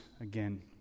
again